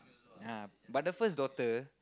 ah but the first daughter